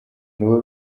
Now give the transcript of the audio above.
nibo